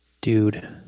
dude